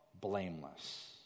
blameless